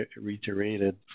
reiterated